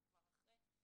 אנחנו כבר אחרי.